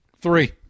Three